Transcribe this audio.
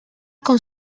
con